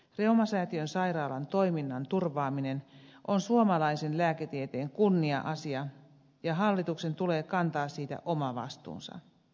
reumasäätiön sairaalan toiminnan turvaaminen on suomalaisen lääketieteen kunnia asia ja hallituksen tulee kantaa siitä oma vastuunsa